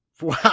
Wow